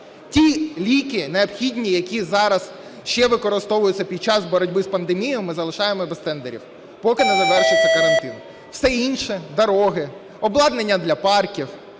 Ті ліки необхідні, які зараз ще використовуються під час боротьби з пандемією, ми залишаємо без тендерів, поки не завершиться карантин. Все інше – дороги, обладнання для парків,